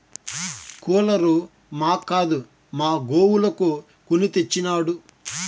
cooler మాక్కాదు మా గోవులకు కొని తెచ్చినాడు